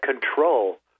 control